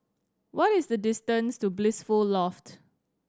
what is the distance to Blissful Loft